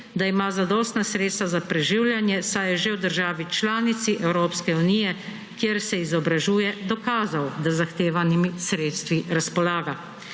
da ima zadostna sredstva za preživljanje, saj je že v državi članici Evropske unije, kjer se izobražuje, dokazal, da z zahtevanimi sredstvi razpolaga.